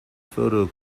photo